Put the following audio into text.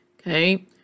Okay